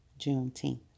Juneteenth